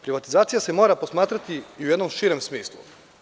Privatizacija se mora posmatrati i u jednom širem smislu.